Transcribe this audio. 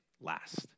last